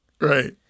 Right